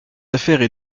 affaires